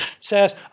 says